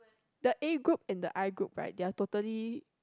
the A group and the I group right they are totally